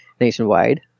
nationwide